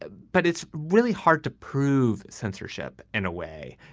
but it's really hard to prove censorship in a way,